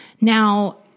Now